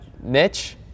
Niche